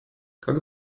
как